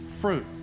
fruit